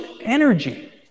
energy